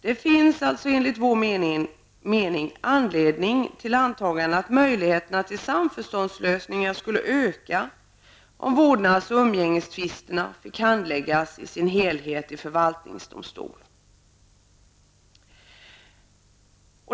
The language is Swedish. Det finns alltså enligt vår mening anledning att anta att möjligheterna till samförståndslösningar skulle öka om vårdnads och umgängestvisterna fick handläggas i sin helhet i förvaltningsdomstol.